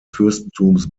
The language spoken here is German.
fürstentums